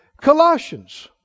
Colossians